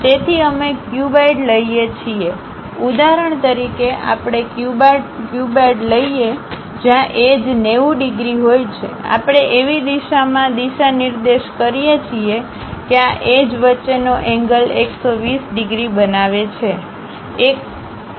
તેથી અમે ક્યુબઇડ લઈએ છીએ ઉદાહરણ તરીકે આપણે ક્યુબઇડ લઈએ છીએ જ્યાં એજ90 ડિગ્રી હોય છે આપણે એવી દિશામાં દિશા નિર્દેશ કરીએ છીએ કે આ એજવચ્ચેનો એંગલ 120 ડિગ્રી બનાવે છે